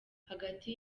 hagati